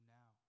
now